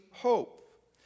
hope